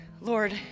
lord